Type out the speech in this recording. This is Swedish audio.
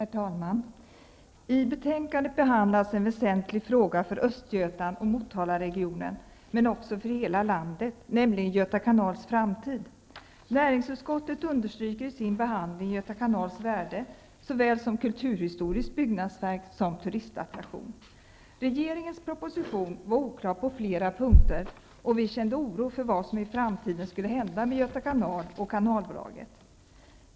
Herr talman! I betänkandet behandlas en väsentlig fråga för Östergötland och Motalaregionen, men också för hela landet, nämligen Göta kanals framtid. Näringsutskottet understryker i sin behandling Göta kanals värde, såväl som kulturhistoriskt byggnadsverk som turistattraktion. Regeringens proposition var oklar på flera punkter, och vi kände oro för vad som i framtiden skulle hända med Göta kanal och kanalbolaget.